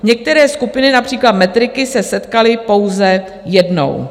Některé skupiny, například matriky, se setkaly pouze jednou.